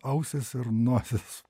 ausys ir nosys